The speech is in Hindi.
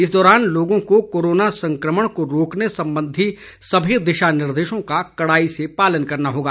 इस दौरान लोगों को कोरोना संक्रमण को रोकने सम्बंधी सभी दिशा निर्देशों का कड़ाई से पालन करना होगा